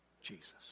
Jesus